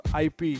IP